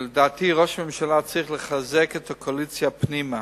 שלדעתי ראש הממשלה צריך לחזק את הקואליציה פנימה.